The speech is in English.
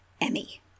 Emmy